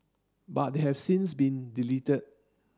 but they have since been deleted